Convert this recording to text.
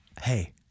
Hey